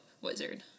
wizard